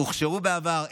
הוכשרו בעבר,